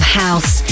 house